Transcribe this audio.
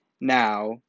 Now